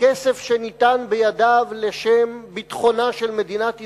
בכסף שניתן בידיו לשם ביטחונה של מדינת ישראל,